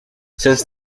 since